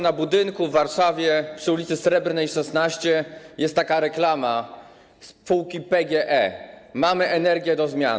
Na budynku w Warszawie przy ul. Srebrnej 16 jest taka reklama spółki PGE: Mamy energię do zmian.